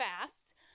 fast